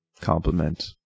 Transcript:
Compliment